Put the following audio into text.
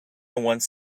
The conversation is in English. wants